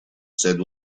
said